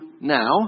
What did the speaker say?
now